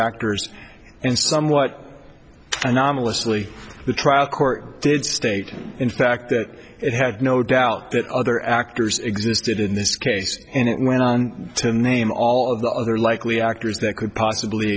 actors and somewhat anomalously the trial court did state in fact that it had no doubt that other actors existed in this case and it went on to name all of the other likely actors that could possibly